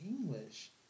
English